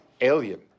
alien